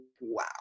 wow